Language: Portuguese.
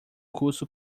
curso